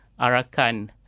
Arakan